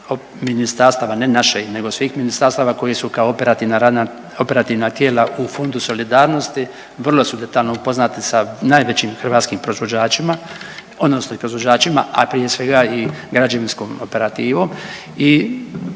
ministarstava ne našeg nego svih ministarstava koji su kao operativna tijela u fundu solidarnosti vrlo su detaljno upoznati sa najvećim hrvatskim proizvođačima odnosno i proizvođačima, a prije svega i građevinskom operativom